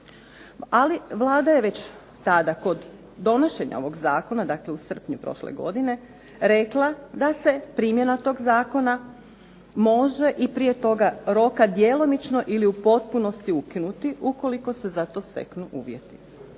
Ali, Vlada je već tada kod donošenja ovog zakona, dakle u srpnju prošle godine, rekla da se primjena tog zakona može i prije toga roka djelomično ili u potpunosti ukinuti ukoliko se za to steknu uvjeti.